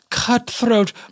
cutthroat